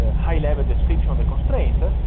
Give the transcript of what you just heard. ah high level description of the constraint,